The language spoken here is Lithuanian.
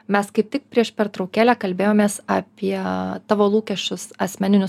mes kaip tik prieš pertraukėlę kalbėjomės apie tavo lūkesčius asmeninius